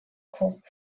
crop